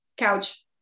Couch